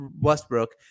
Westbrook